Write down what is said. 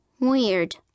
Weird